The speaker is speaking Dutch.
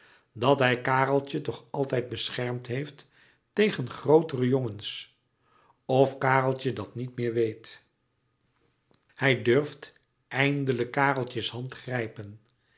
dat hij kareltje toch altijd beschermd heeft tegen grootere jongens of kareltje dat niet meer weet hij durft eindelijk kareltje's hand grijpen